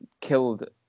killed